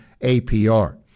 APR